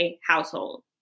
household